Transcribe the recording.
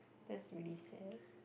that's really sad